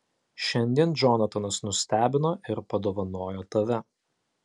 šiandien džonatanas nustebino ir padovanojo tave